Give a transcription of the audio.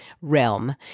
realm